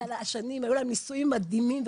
היו להם נישואים מדהימים.